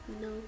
No